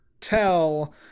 tell